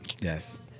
Yes